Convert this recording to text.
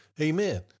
Amen